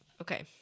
Okay